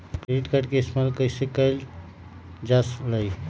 Credit card के इस्तेमाल कईसे करल जा लई?